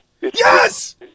Yes